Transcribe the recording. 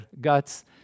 guts